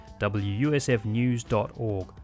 WUSFnews.org